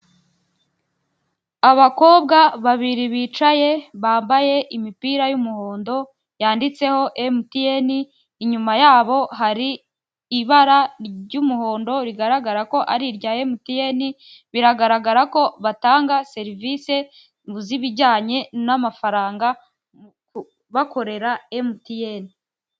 Abakobwa babiri bicaye, bambaye imipira y'umuhondo yanditseho Emutiyeni, inyuma yabo hari ibara ry'umuhondo rigaragara ko ari irya Emutiyeni, biragaragara ko batanga serivisi z'ibijyanye n'amafaranga, bakorera Emutiyeni.